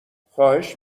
خواهش